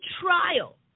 trial